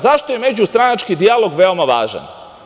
Zašto je međustranački dijalog veoma važan?